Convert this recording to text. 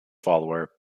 follower